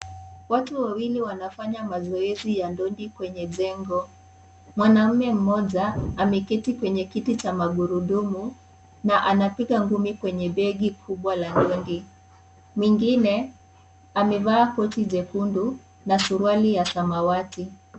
Watu wawili wanafanya mazoezi ya dondi kwenye jengo, mwanaume mmoja ameketi kwenye kiti cha magurudumu na anapiga ngumi kwenye begi kubwa la dondi , mwingine amevaa koti jekundu na suruali la samawati.